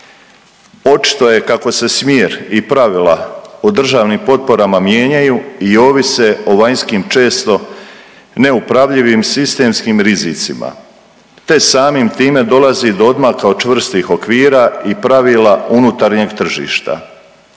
Očito je kako se smjer i pravila o državnim potporama mijenjaju i ovise o vanjskim često neupravljivim sistemskim rizicima, te samim time dolazi do odmaka od čvrstih okvira i pravila unutarnjeg tržišta.